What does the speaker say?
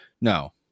No